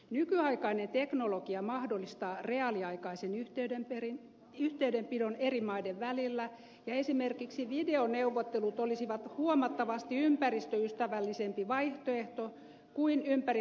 nykyaikainen teknologia mahdollistaa reaaliaikaisen yhteydenpidon eri maiden välillä ja esimerkiksi videoneuvottelut olisivat huomattavasti ympäristöystävällisempi vaihtoehto kuin ympäri maailmaa lentely